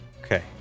Okay